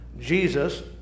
Jesus